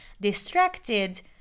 distracted